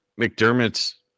McDermott's